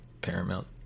paramount